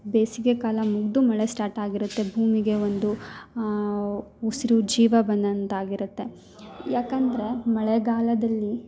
ಬೇಸಿಗೆಕಾಲ ಮುಗಿದು ಮಳೆ ಸ್ಟಾರ್ಟ್ ಆಗಿರುತ್ತೆ ಭೂಮಿಗೆ ಒಂದು ಉಸಿರು ಜೀವ ಬಂದಂತ ಆಗಿರುತ್ತೆ ಯಾಕೆಂದರೆ ಮಳೆಗಾಲದಲ್ಲಿ